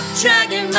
dragging